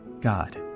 God